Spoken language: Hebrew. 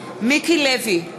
מיקי לוי,